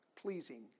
pleasing